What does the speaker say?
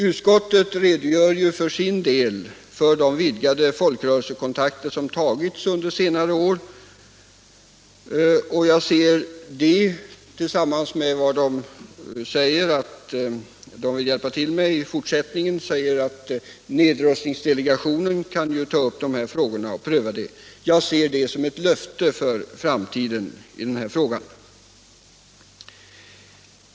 Utskottet redogör för de vidgade folkrörelsekontakter som tagits under senare år, och jag ser dessa — tillsammans med utskottets uttalande att vid behov dessa frågor kunde tas upp till prövning inom nedrustningsdelegationen — som ett löfte för framtiden i den här frågan.